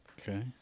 Okay